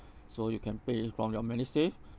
so you can pay from your medisave